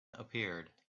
appeared